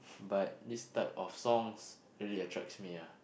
but these type of songs really attracts me ah